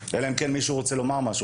אלא אם כן מישהו רוצה לומר משהו.